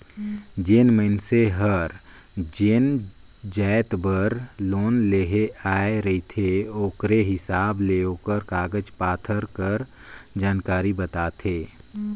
जेन मइनसे हर जेन जाएत बर लोन लेहे ले आए रहथे ओकरे हिसाब ले ओकर कागज पाथर कर जानकारी बताथे